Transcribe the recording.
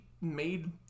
made